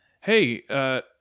hey